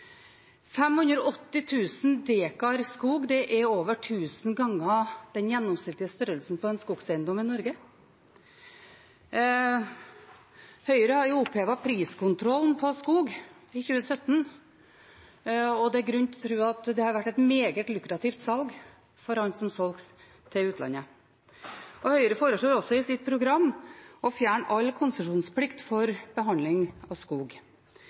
er over 1 000 ganger den gjennomsnittlige størrelsen på en skogseiendom i Norge. Høyre opphevet priskontrollen for skog i 2017, og det er grunn til å tro at det var et meget lukrativt salg for ham som solgte til utlandet. Høyre foreslår også i sitt program å fjerne all konsesjonsplikt for behandling av skog.